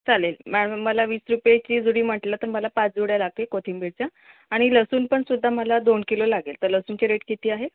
चालेल मॅम मला वीस रुपयाची जुडी म्हटलं तर मला पाच जुड्या लागतील कोथिंबीरच्या आणि लसूण पण सुध्दा मला दोन किलो लागेल तर लसूणचे रेट किती आहे